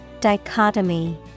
Dichotomy